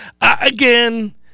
Again